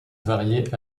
varié